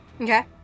Okay